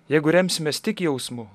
jeigu remsimės tik jausmu